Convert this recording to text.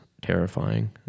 terrifying